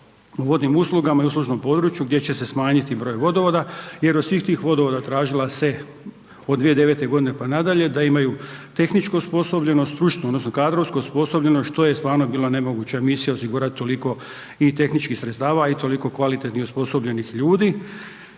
o vodnim uslugama i uslužnom području gdje će se smanjiti broj vodovoda jer od svih tih vodovoda tražila se od 2009.g. pa nadalje, da imaju tehničku osposobljenost, stručnu odnosno kadrovsku osposobljenost, što je stvarno bila nemoguća misija osigurat toliko i tehničkih sredstava i toliko kvalitetnih osposobljenih ljudi,